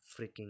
freaking